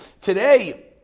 Today